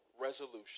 resolution